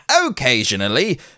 occasionally